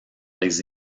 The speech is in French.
les